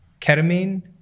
ketamine